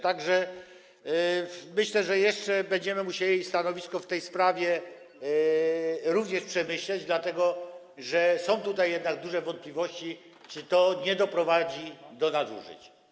Tak że myślę, że jeszcze będziemy musieli stanowisko w tej sprawie również przemyśleć, dlatego że są tutaj jednak duże wątpliwości, czy to nie doprowadzi do nadużyć.